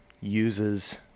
uses